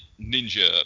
ninja